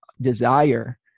desire